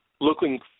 looking